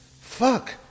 Fuck